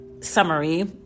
summary